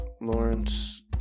Lawrence